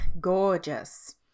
gorgeous